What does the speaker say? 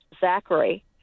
Zachary